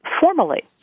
formally